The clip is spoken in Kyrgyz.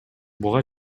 буга